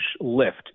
lift